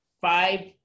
five